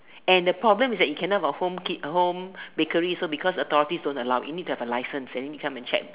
and the problem is that you cannot have a home kit home bakery so because authorities don't allow you need to have a license and they can come and check